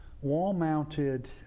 wall-mounted